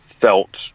felt